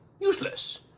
useless